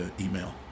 email